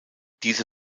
diese